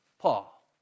Paul